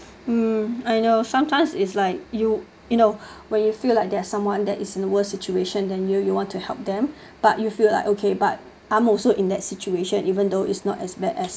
mm I know sometimes is like you you know when you feel like there's someone that is in worst situation than you you want to help them but you feel like okay but I'm also in that situation even though it's not as bad as